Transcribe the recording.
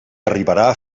arribarà